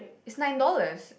is nine dollars